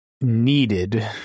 needed